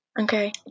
Okay